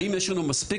האם יש לנו מספיק?